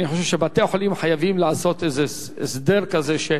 אני חושב שבתי-החולים חייבים לעשות הסדר כזה,